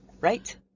Right